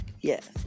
Yes